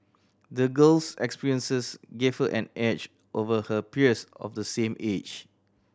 the girl's experiences gave her an edge over her peers of the same age